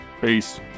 peace